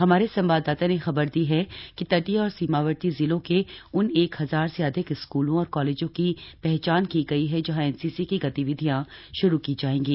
हमारे संवाददाता ने खबर दी है कि तटीय और सीमावर्ती जिलों के उन एक हजार से अधिक स्कूलों और कॉलेजों की पहचान की गई है जहां एनसीसी की गतिविधियां शुरू की जाएंगी